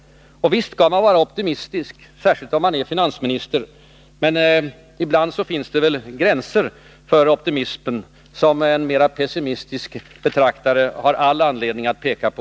Och visst skall man vara optimistisk, särskilt om man är finansminister. Men ibland finns det gränser för optimismen som en mera pessimistisk betraktare har all anledning att peka på.